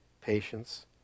patience